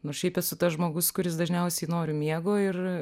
nors šiaip esu tas žmogus kuris dažniausiai noriu miego ir